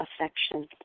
affection